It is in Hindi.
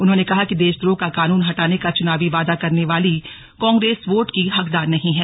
उन्होंने कहा कि देशद्रोह का कानून हटाने का चुनावी वादा करने वाली कांग्रेस वोट की हकदार नहीं है